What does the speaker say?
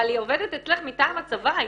אבל היא עובדת אצלך מטעם הצבא,